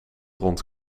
rond